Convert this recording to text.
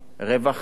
רווחה.